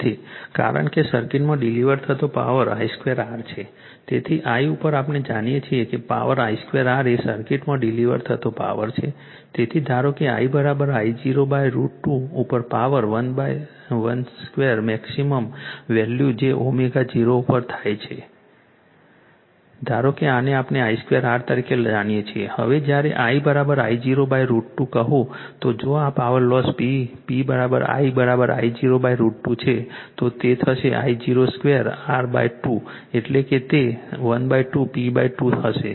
તેથી કારણ કે સર્કિટમાં ડિલિવર થતો પાવર I 2 R છે તેથી I ઉપર આપણે જાણીએ છીએ કે પાવર I 2 R એ સર્કિટમાં ડિલિવર થતો પાવર છે તેથી ધારો કે I I0 √ 2 ઉપર પાવર 1 ½ મેક્સિમમ વેલ્યૂ જે ω0 ઉપર થાય છે ધારો કે આને આપણે I 2 R તરીકે જાણીએ છીએ હવે જ્યારે I I0 √ 2 કહું તો જો આ power loss P P I I0 √ 2 છે તો તે થશે I02 R2 એટલે કે તે 12 P2 હશે